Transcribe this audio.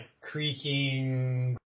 creaking